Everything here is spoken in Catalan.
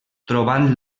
trobant